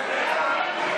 תרצה?